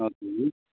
हजुर